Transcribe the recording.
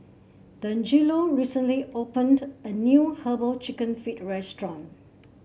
Dangelo recently opened a new herbal chicken feet restaurant